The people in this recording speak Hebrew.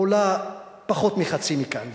עולות פחות מחצי מאשר כאן.